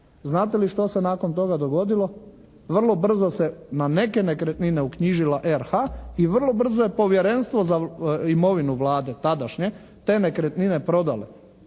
Znate li što se nakon toga dogodilo? Vrlo brzo se na neke nekretnine uknjižila RH i vrlo brzo je povjerenstvo za imovinu Vlade tadašnje, te nekretnine prodale.